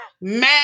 Man